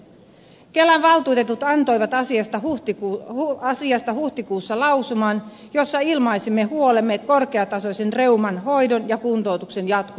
kelan valtuutetut antoivat asiasta huhtikuussa lausuman jossa ilmaisimme huolemme korkeatasoisen reuman hoidon ja kuntoutuksen jatkuvuudesta